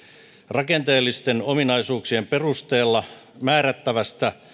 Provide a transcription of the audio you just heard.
rakenteellisten ominaisuuksien perusteella määrättävästä